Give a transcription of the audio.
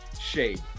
Shade